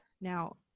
now